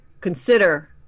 consider